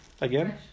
Again